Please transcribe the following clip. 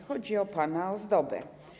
Chodzi o pana Ozdobę.